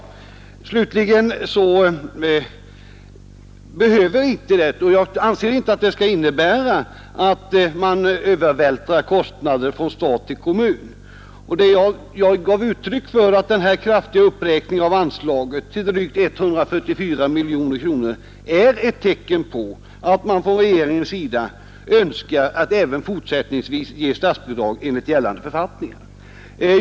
Slutligen vill jag säga att detta inte behöver innebära — och jag anser inte heller att det kommer att göra det — att man övervältrar kostnader från stat till kommun. Jag sade att denna kraftiga uppräkning av anslaget till drygt 144 miljoner kronor är ett tecken på att regeringen även fortsättningsvis önskar ge statsbidrag enligt gällande författningar.